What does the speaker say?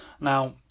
Now